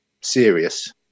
serious